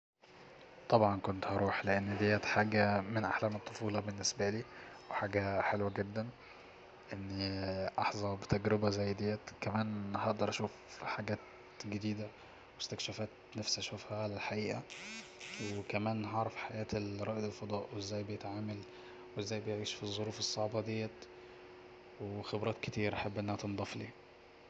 طبعا كنت هروح لان ديت حاجة من احلام الطفولة بالنسبالي وحاجة حلوة جدا أن أحظى بتجربة زي ديت كمان هقدر اشوف حاجات جديدة واستكشافات نفسي اشوفها على الحقيقة وكمان هعرف حياة رائد الفضاء وازاي بيتعامل وازاي بيعيش في الظرف الصعبة ديت وخبرات كتير احب ان هي تنضاف لي